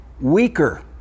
weaker